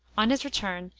on his return,